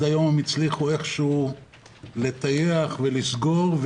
היום הם הצליחו איכשהו לטייח ולסגור,